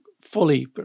fully